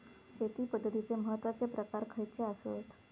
शेती पद्धतीचे महत्वाचे प्रकार खयचे आसत?